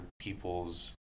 people's